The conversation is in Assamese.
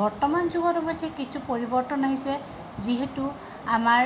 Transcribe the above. বৰ্তমান যুগত অৱশ্যে কিছু পৰিৱৰ্তন আহিছে যিহেতু আমাৰ